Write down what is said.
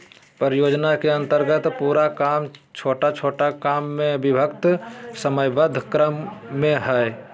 परियोजना के अन्तर्गत पूरा काम छोटा छोटा काम में विभक्त समयबद्ध क्रम में हइ